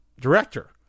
director